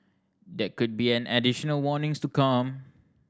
there could be an additional warnings to come